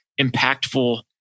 impactful